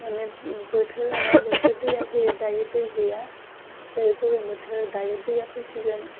मानि बोथोर लाना बोथोर दैआ फैयो दायो दै गैया दै गरम बोथोर दायो दैआ फैसिगोन